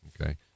okay